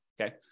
okay